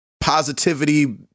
positivity